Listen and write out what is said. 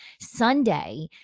Sunday